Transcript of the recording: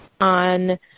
on